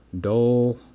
dull